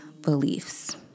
beliefs